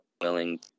willing